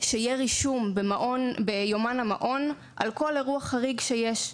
שיהיה רישום ביומן המעון על כל אירוע חריג שיש.